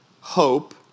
hope